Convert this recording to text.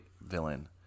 villain